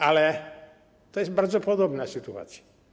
Ale to jest bardzo podobna sytuacja.